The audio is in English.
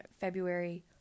February